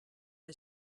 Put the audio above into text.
que